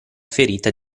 ferita